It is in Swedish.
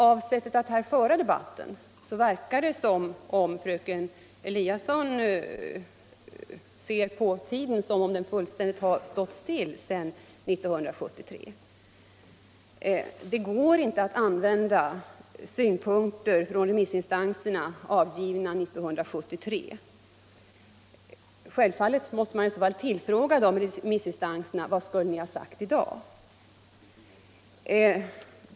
Av sättet att föra den här debatten verkar det som om fröken Eliasson ser på saken som om tiden hade stått stilla sedan 1973. Det går inte att i dag använda synpunkter som remissinstanserna avgav 1973. Självfallet måste man i så fall tillfråga dem: Vad skulle ni ha sagt i-dag?